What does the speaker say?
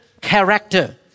character